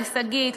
לשגית,